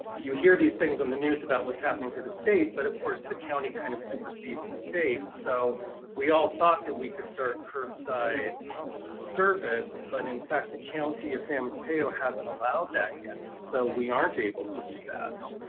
you hear these things on the news about what's happening for the state, but of course the county kind of supersedes the state. so we all thought that we could start curbside service, but in fact, the county of san mateo hasn't allowed that yet, so we aren't able to do that.